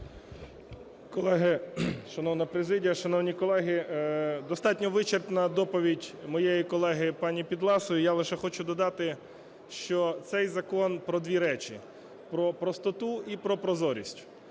Колеги, шановна президія, шановні колеги, достатньо вичерпна доповідь моєї колеги пані Підласої. Я лише хочу додати, що цей закон про 2 речі: про простоту і про прозорість.